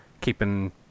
keeping